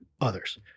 others